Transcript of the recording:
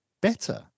better